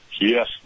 yes